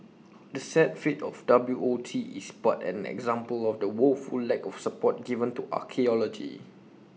the sad fate of W O T is but an example of the woeful lack of support given to archaeology